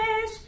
fish